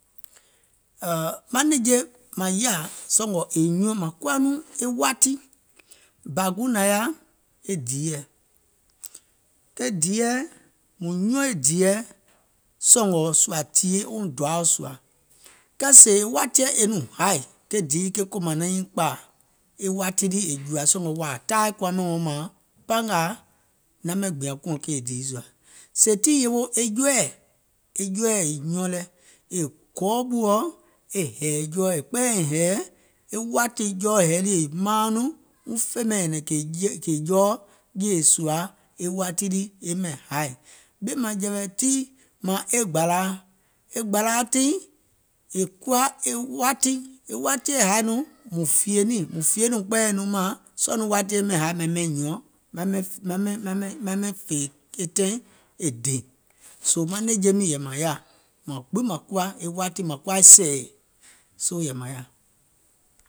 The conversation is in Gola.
Maŋ nɛ̀ŋje maŋ yaȧ sɔ̀ngɔ̀ è nyuɔŋ è kuwa nɔŋ e wati, bȧ guùŋ nȧŋ yaà e diiɛ̀, ke diiɛ̀, mùŋ nyuɔŋ e diiɛ̀ sɔ̀ngɔ̀ sùȧ tìyèe wɔŋ doaà sùȧ, kɛɛ sèè e wati lii e nɔŋ haì ke kòmȧŋ maŋ nyiŋ kpȧȧ, e wati lii è mȧȧŋ, sɔ̀ngɔ̀ wȧȧ taai kuwa ɓɛìŋ wèè wɔŋ mȧȧŋ, paŋ ngȧà naŋ ɓɛìŋ kùȧŋ kèè dii sùà. Sèè tii yewoo e jɔɔɛ̀, e jɔɔɛ̀ è nyuɔŋ lɛ̀, è gɔɔ ɓùɔ e hɛ̀ɛ̀ jɔɔɛ̀ è kpɛɛyɛ̀iŋ hɛ̀ɛ, e wȧtì jɔɔ hɛ̀ɛ lii è maaŋ nɔŋ mùŋ fè ɓɛìŋ nyɛ̀nɛ̀ŋ kèè jɔɔ e jèè sùȧ e wati lii è ɓɛìŋ haì. Ɓìèmaŋjɛ̀wɛ̀ tii, mȧȧŋ e gbàlȧa, e gbȧlȧa tiŋ è kuwa e wati, e watiɛ̀ haì nɔŋ mùŋ fìyè niìŋ, mùŋ fìyèìŋ nɔŋ kpɛɛyɛ̀ìŋ nɔŋ mȧaŋ, sɔɔ̀ nɔŋ e wati ɓɛìŋ haì maiŋ ɓɛìŋ nyùȧŋ maiŋ ɓɛìŋ fè e taìŋ e dè, soo maŋ nɛ̀ŋje miiŋ yɛ̀ì mȧŋ yaȧ, maŋ gbiŋ mȧŋ kuwa e wati maŋ kuwa sɛ̀ɛ̀, soo yɛ̀ì mȧŋ yaà.